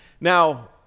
Now